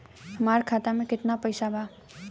हमार खाता मे केतना पैसा बा?